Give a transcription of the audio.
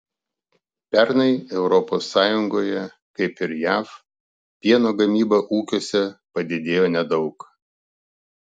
pernai europos sąjungoje kaip ir jav pieno gamyba ūkiuose padidėjo nedaug